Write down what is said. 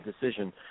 decision